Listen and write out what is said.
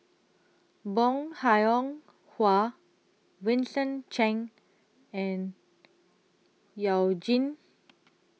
Bong Hiong Hwa Vincent Cheng and YOU Jin